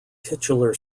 titular